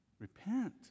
Repent